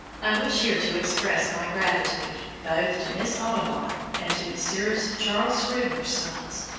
i wish here to express my gratitude both to miss audubon, and to messrs. charles scribner's sons,